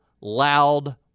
loud